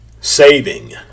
saving